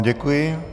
Děkuji.